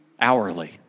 Hourly